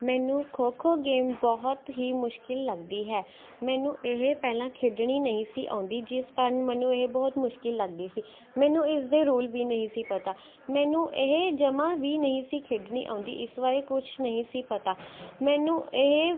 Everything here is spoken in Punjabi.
ਮੈਨੂੰ ਖੋ ਖੋ ਗੇਮ ਬਹੁਤ ਹੀ ਮੁਸ਼ਕਲ ਲੱਗਦੀ ਹੈ ਮੈਨੂੰ ਇਹ ਪਹਿਲਾਂ ਖੇਡਣੀ ਨਹੀਂ ਸੀ ਆਉਂਦੀ ਜਿਸ ਕਾਰਨ ਮੈਨੂੰ ਇਹ ਬਹੁਤ ਮੁਸ਼ਕਲ ਲੱਗਦੀ ਸੀ ਮੈਨੂੰ ਇਸ ਦੇ ਰੂਲ ਵੀ ਨਹੀਂ ਸੀ ਪਤਾ ਮੈਨੂੰ ਇਹ ਜਮਾਂ ਵੀ ਨਹੀਂ ਸੀ ਖੇਡਣੀ ਆਉਂਦੀ ਇਸ ਬਾਰੇ ਕੁਝ ਨਹੀਂ ਸੀ ਪਤਾ ਮੈਨੂੰ ਇਹ